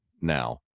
now